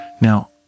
Now